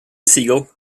siegel